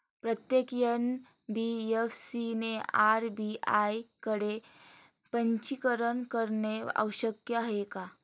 प्रत्येक एन.बी.एफ.सी ने आर.बी.आय कडे पंजीकरण करणे आवश्यक आहे का?